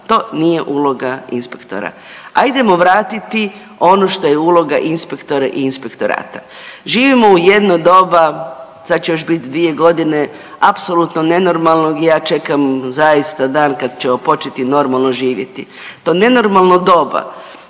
To nije uloga inspektora. Ajdemo vratiti ono što je uloga inspektora i inspektorata. Živimo u jedno doba sad će još biti 2 godine apsolutno nenormalnog i ja čekam zaista dan kad ćemo početi normalno živjeti. To nenormalno doba